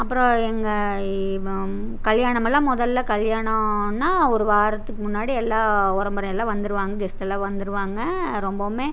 அப்புறோம் எங்கள் இவன் கல்யாணமெலாம் முதல்ல கல்யாணன்னா ஒரு வாரத்துக்கு முன்னாடி எல்லா உறமொற எல்லா வந்துருவாங்க கெஸ்ட்டெல்லாம் வந்துருவாங்க ரொம்பவுமே